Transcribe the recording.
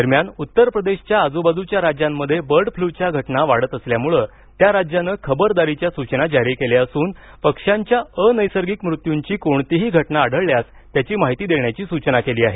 दरम्यान उत्तर प्रदेशच्या आजूबाजूच्या राज्यांमध्ये बर्ड फ्लूच्या घटना वाढत असल्यानं त्या राज्यानं खबरदारीच्या सूचना जारी केल्या असून पक्ष्यांच्या अनैसर्गिक मृत्युंची कोणतीही घटना आढळल्यास त्याची माहिती देण्याची सूचना केली आहे